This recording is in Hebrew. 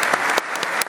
ההצהרה.)